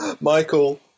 Michael